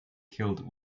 killed